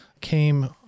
came